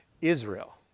Israel